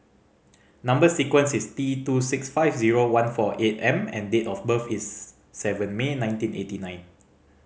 number sequence is T two six five zero one four eight M and date of birth is seven May nineteen eighty nine